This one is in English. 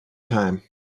time